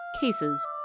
cases